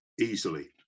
easily